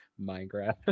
Minecraft